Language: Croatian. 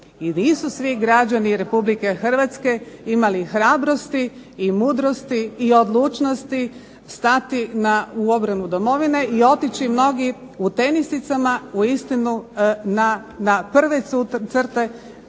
i nisu svi građani Republike Hrvatske imali hrabrosti i mudrosti i odlučnosti stati u obranu domovine i otići mnogi u tenisicama uistinu na prve crte,